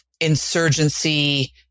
insurgency